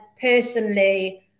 personally